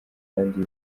kandi